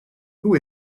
who